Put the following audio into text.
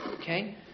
Okay